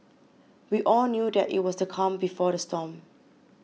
we all knew that it was the calm before the storm